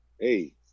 Hey